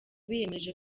biyemeje